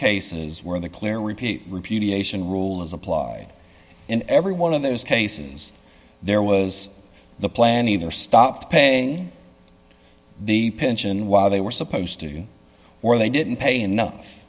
cases where the clear repeat were p d ation rule is applied in every one of those cases there was the plan either stopped paying the pension while they were supposed to or they didn't pay enough